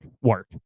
work